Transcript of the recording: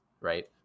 right